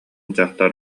дьахтар